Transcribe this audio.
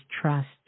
trust